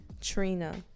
Trina